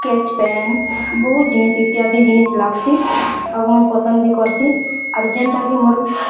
sketch pen ବହୁତ୍ ଜିନିଷ୍ ଇତ୍ୟାଦି ଜିନିଷ୍ ଲାଗ୍ସି ଆଉ ମୁଇଁ ପସନ୍ଦ୍ ବି କର୍ସି ଆର୍ ଯେଣ୍ଟା କି ମୋର୍